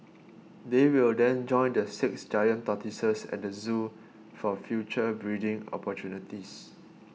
they will then join the six giant tortoises at the zoo for future breeding opportunities